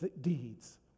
deeds